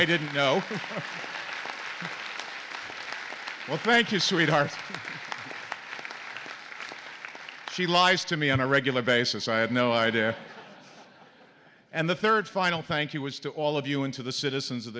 i didn't know what thank you sweetheart she lies to me on a regular basis i had no idea and the third final thank you was to all of you into the citizens of